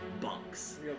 bunks